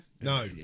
No